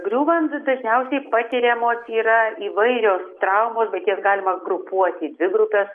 griūvant dažniausiai patiriamos yra įvairios traumos bet jas galima grupuoti į dvi grupes